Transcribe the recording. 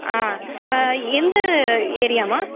ஆ எந்த ஏரியாம்மா